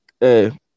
Hey